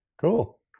Cool